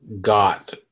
got